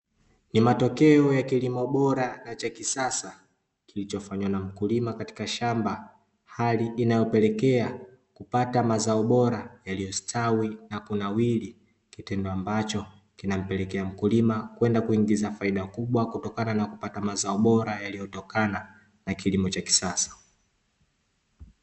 Ni matokeo ya kilimo bora na cha kisasa kilichofanywa na mkulima katika shamba hali inayopelekea kupata mazao bora yaliyostawi na kunawiri kitendo ambacho kinampelekea mkulima kwenda kuingiza faida kubwa kutokana na kupata mazao bora yaliyotokana na kilimo cha kisasa